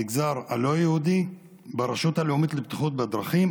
המגזר הלא-יהודי, ברשות הלאומית לבטיחות בדרכים,